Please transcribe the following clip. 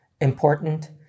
important